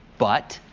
but